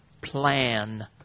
plan